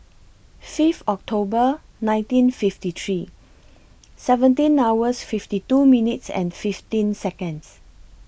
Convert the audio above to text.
Fifth October nineteen fifty three seventeen hours fifty two minutes and fifteen Seconds